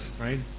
right